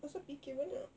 apasal fikir banyak